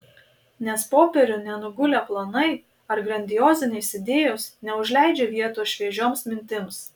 nes popieriun nenugulę planai ar grandiozinės idėjos neužleidžia vietos šviežioms mintims